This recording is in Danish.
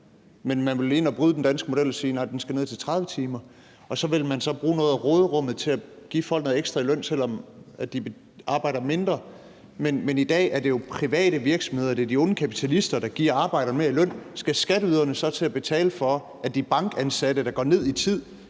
Men man vil ind og bryde den danske model og sige: Nej, den skal ned til 30 timer. Og så vil man bruge noget af råderummet til at give folk noget ekstra i løn, selv om de arbejder mindre. Men i dag er det jo private virksomheder, de onde kapitalister, der giver arbejderne mere i løn. Skal skatteyderne så til at betale for, at de bankansatte, der går ned i tid,